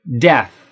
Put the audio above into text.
Death